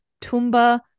Tumba